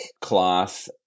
cloth